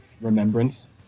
remembrance